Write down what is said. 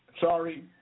Sorry